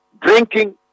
drinking